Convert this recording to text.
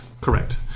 correct